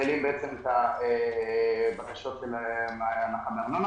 שמתפעלים את הבקשות להנחה מארנונה.